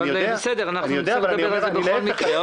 בסדר, נצטרך לדבר על זה בכל מקרה.